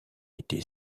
été